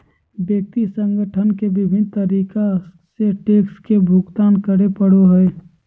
व्यक्ति संगठन के विभिन्न तरीका से टैक्स के भुगतान करे पड़ो हइ